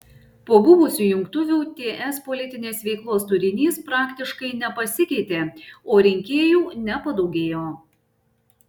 po buvusių jungtuvių ts politinės veiklos turinys praktiškai nepasikeitė o rinkėjų nepadaugėjo